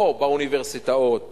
או באוניברסיטאות